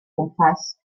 umfasst